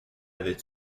avait